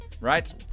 right